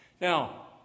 Now